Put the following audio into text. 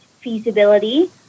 feasibility